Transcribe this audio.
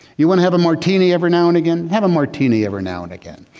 you want to have a martini every now and again have a martini every now and again.